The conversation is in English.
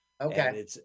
Okay